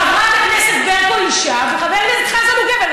חברת הכנסת ברקו אישה וחבר הכנסת חזן הוא גבר.